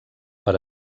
per